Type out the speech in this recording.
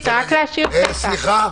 סליחה.